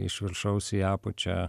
iš viršaus į apačią